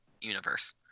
universe